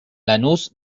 lanús